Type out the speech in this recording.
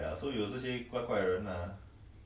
like 那个那个 right 这个刚转的 G_R_C ah